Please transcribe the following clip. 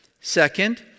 Second